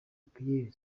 pierre